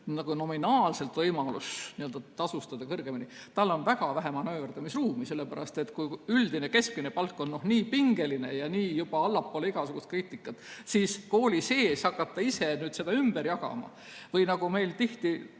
nagu nominaalselt võimalus n‑ö kõrgemini tasustada, aga tal on väga vähe manööverdamisruumi, sellepärast et kui üldine keskmine palk on nii pingeline ja juba allapoole igasugust kriitikat, siis kui kooli sees hakata ise seda ümber jagama, või nagu me tihti